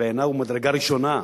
שבעיני הוא מדרגה ראשונה,